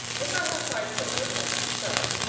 if i have five children, like rousseau,